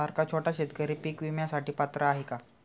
माझ्यासारखा छोटा शेतकरी पीक विम्यासाठी पात्र आहे का?